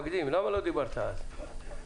למה לא דיברת על זה?